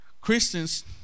Christians